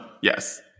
Yes